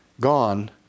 gone